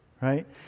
right